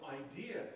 idea